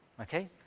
Okay